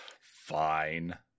Fine